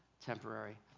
Temporary